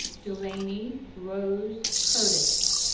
delaney rose curtis